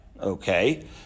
Okay